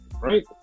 right